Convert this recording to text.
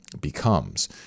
becomes